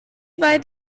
weit